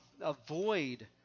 avoid